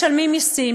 משלמים מסים,